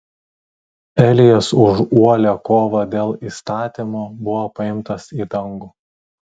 elijas už uolią kovą dėl įstatymo buvo paimtas į dangų